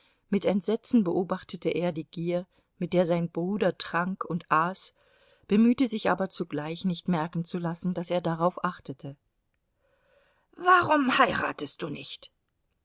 mit entsetzen beobachtete er die gier mit der sein bruder trank und aß bemühte sich aber zugleich nicht merken zu lassen daß er darauf achtete warum heiratest du nicht